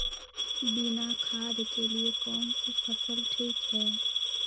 बिना खाद के लिए कौन सी फसल ठीक है?